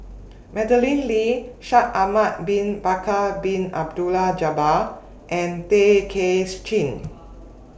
Madeleine Lee Shaikh Ahmad Bin Bakar Bin Abdullah Jabbar and Tay Kay Chin